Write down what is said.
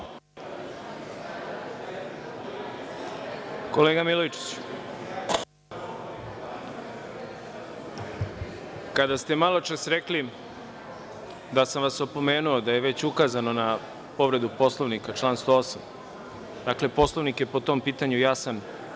Kolega Milojičiću, kada ste maločas rekli da sam vas opomenuo da je već ukazano na povredu Poslovnika, član 108., dakle, Poslovnik je po tom pitanju jasan.